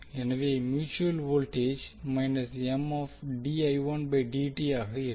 எனவே mutual voltage ஆக இருக்கும்